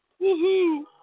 Woohoo